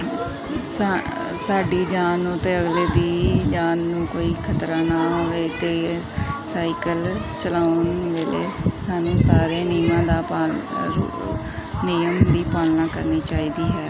ਸਾ ਸਾਡੀ ਜਾਨ ਨੂੰ ਅਤੇ ਅਗਲੇ ਦੀ ਜਾਨ ਨੂੰ ਕੋਈ ਖ਼ਤਰਾ ਨਾ ਹੋਵੇ ਅਤੇ ਸਾਈਕਲ ਚਲਾਉਣ ਮਿਲੇ ਸਾਨੂੰ ਸਾਰਿਆਂ ਨਿਯਮਾਂ ਦਾ ਪਾਲ ਨਿਯਮ ਦੀ ਪਾਲਣਾ ਕਰਨੀ ਚਾਹੀਦੀ ਹੈ